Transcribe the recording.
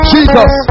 Jesus